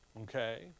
Okay